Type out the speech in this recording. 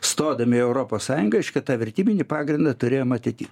stodami į europos sąjungą iškart tą vertybinį pagrindą turėjom atiti